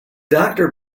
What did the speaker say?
doctor